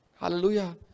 Hallelujah